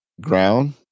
ground